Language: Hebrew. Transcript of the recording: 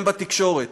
גם בתקשורת.